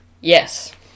Yes